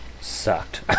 sucked